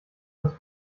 das